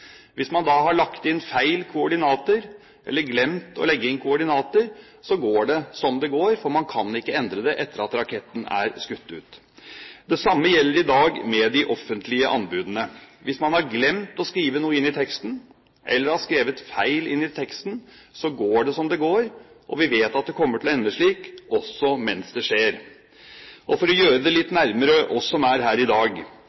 Hvis man da har lagt inn feil koordinater, eller glemt å legge inn koordinater, går det som det går, for man kan ikke endre det etter at raketten er skutt ut. Det samme gjelder i dag med de offentlige anbudene. Hvis man har glemt å skrive noe inn i teksten, eller har skrevet feil inn i teksten, går det som det går, og vi vet at det kommer til å ende slik, også mens det skjer. For å gjøre det litt nærmere oss som er her i dag: